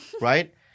right